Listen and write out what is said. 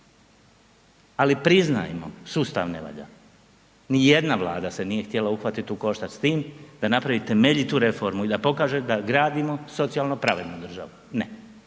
Ali priznajmo, sustav ne valja, nijedna Vlada se nije htjela uhvatit u koštac s tim da napravi temeljitu reformu i da pokaže da gradimo socijalno pravednu državu, ne,